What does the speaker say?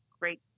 Great